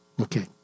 Okay